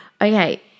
Okay